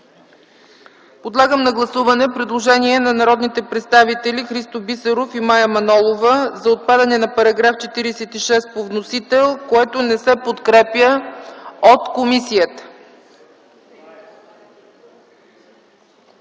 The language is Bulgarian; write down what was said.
Подлагам на гласуване предложенията на народните представители Христо Бисеров и Мая Манолова за отпадане на § 46 по вносител, които не се подкрепят от комисията.